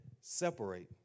separate